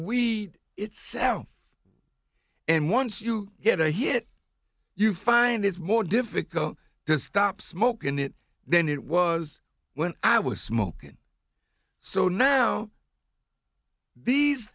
we itself and once you get a hit you find it's more difficult to stop smoking it then it was when i was smoking so now these